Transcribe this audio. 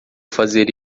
fazer